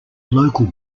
local